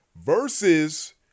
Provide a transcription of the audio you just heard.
versus